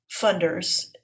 funders